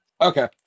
Okay